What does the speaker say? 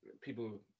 people